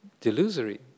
delusory